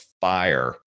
fire